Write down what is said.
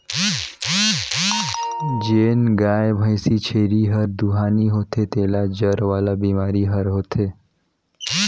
जेन गाय, भइसी, छेरी हर दुहानी होथे तेला जर वाला बेमारी हर होथे